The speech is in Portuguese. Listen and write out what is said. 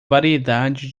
variedade